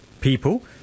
people